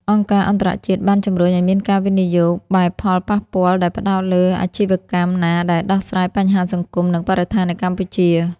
អង្គការអន្តរជាតិបានជម្រុញឱ្យមានការវិនិយោគបែបផលប៉ះពាល់ ដែលផ្ដោតលើអាជីវកម្មណាដែលដោះស្រាយបញ្ហាសង្គម និងបរិស្ថាននៅកម្ពុជា។